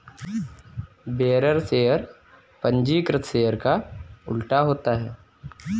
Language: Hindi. बेयरर शेयर पंजीकृत शेयर का उल्टा होता है